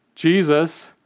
Jesus